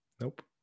Nope